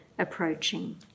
Approaching